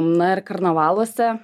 na ir karnavaluose